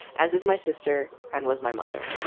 as is my sister and was my mother.